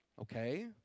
okay